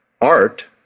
art